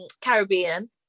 Caribbean